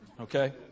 Okay